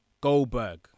Goldberg